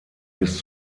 bis